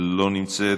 לא נמצאת,